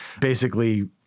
basically-